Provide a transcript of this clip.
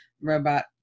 robot